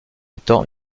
étant